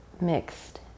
mixed